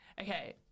Okay